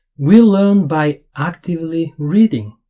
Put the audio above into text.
we learn by actively reading,